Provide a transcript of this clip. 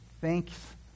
thanks